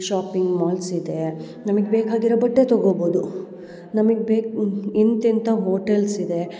shopping malls ಇದೆ ನಮಗ್ ಬೇಕಾಗಿರೋ ಬಟ್ಟೆ ತೊಗೊಬೋದು ನಮಗ್ ಬೇಕು ಎಂತೆಂಥ ಹೋಟೆಲ್ಸ್ ಇದೆ